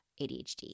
ADHD